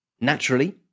Naturally